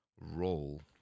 role